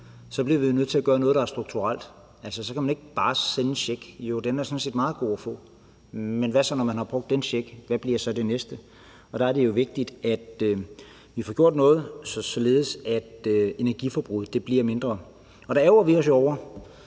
bliver vi nødt til at gøre noget, der er strukturelt, altså så kan man ikke bare sende en check. Den kan sådan set være meget god at få, men hvad så, når man har brugt den check? Hvad bliver så det næste? Der er det vigtigt, at vi får gjort noget, således at energiforbruget bliver mindre. Der ærgrer vi os jo over,